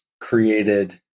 created